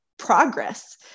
progress